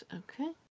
okay